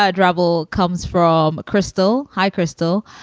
ah ah, trouble comes from crystal. hi, crystal.